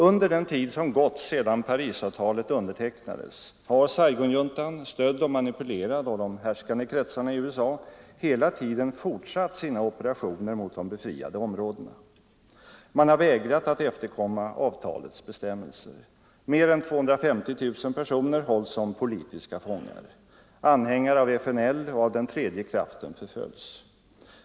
Under hela den tid som gått sedan Parisavtalet undertecknades har Saigonjuntan, stödd och manipulerad av de härskande kretsarna i USA, 83 fortsatt sina operationer mot de befriade områdena. Man har vägrat att efterkomma avtalets bestämmelser. Mer än 250 000 personer hålls som politiska fångar. Anhängare av FNL och av den tredje kraften förföljs.